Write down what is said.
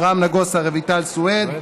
אברהם נגוסה ורויטל סויד,